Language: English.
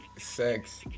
sex